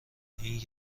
این